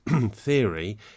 theory